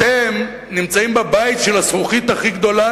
אתם נמצאים בבית של הזכוכית הכי גדולה